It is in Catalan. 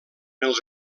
els